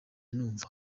numva